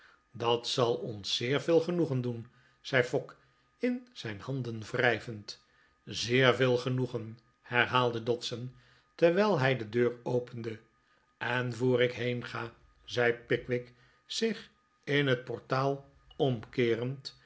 dat zal ons zeer veel genoegen doen zei fogg in zijn handen wrijvend zeer veel genoegen herhaalde dodson terwijl hij de deur opende en voor ik heenga zei pickwick zich in het portaal omkeerend